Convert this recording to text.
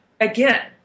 again